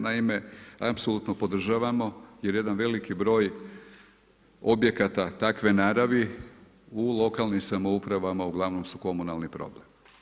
Naime, apsolutno podržavamo jer jedan veliki broj objekata takve naravi u lokalnim samoupravama uglavnom su komunalni problem.